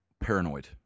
paranoid